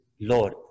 Lord